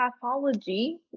pathology